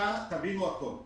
בבקשה תבינו הכול.